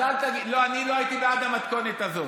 לא, אני לא הייתי בעד המתכונת הזאת.